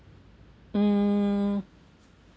mm